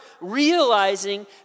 realizing